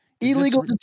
Illegal